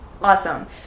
Awesome